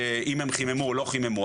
אם הם חיממו או לא חיממו.